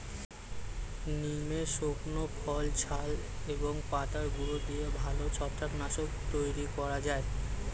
নিমের শুকনো ফল, ছাল এবং পাতার গুঁড়ো দিয়ে ভালো ছত্রাক নাশক তৈরি করা যায়